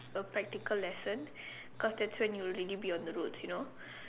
the practical lesson cause that when you really be on the roads you know